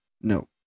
No